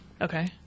Okay